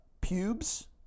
pubes